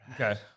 Okay